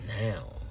Now